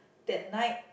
that night